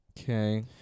Okay